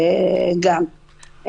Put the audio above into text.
גם.